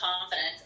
confidence